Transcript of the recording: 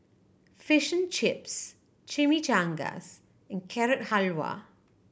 Fish Chips Chimichangas and Carrot Halwa